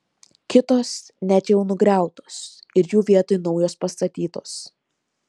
kitos net jau nugriautos ir jų vietoj naujos pastatytos